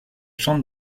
chante